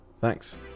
thanks